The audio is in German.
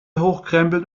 hochkrempeln